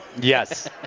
Yes